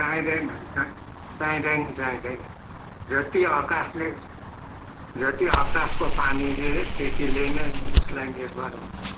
चाहिँदैन चाहिँदैन चाहिँदैन जति आकाशले जति आकाशको पानीले त्यतिले नै उसलाई निर्भर हुन्छ